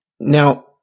Now –